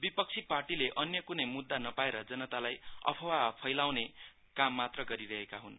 विपक्षी पार्टीले अन्य कुनै मुद्दा नपाएर जनतालाई अफवाह फैलाउने काममात्र गरेका हन्